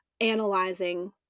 analyzing